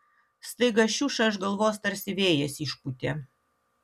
staiga šiušą iš galvos tarsi vėjas išpūtė